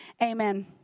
amen